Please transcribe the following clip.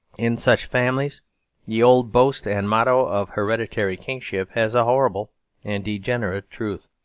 in such families the old boast and motto of hereditary kingship has a horrible and degenerate truth.